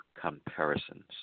comparisons